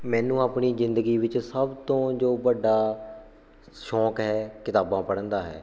ਮੈਨੂੰ ਆਪਣੀ ਜ਼ਿੰਦਗੀ ਵਿੱਚ ਸਭ ਤੋਂ ਜੋ ਵੱਡਾ ਸ਼ੌਂਕ ਹੈ ਕਿਤਾਬਾਂ ਪੜ੍ਹਨ ਦਾ ਹੈ